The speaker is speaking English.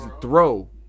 throw